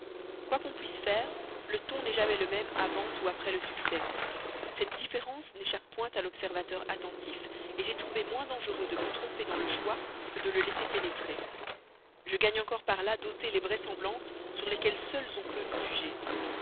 quoi qu'on puisse faire le ton n'est jamais le même avant ou après le succès cette différence n'échappe point à l'observateur attentif j'ai trouvé moins dangereux de me tromper dans le choix que de le laisser pénétrer je gagne encore par là d'ôter les vraisemblances sur lesquelles seules on peut nous juger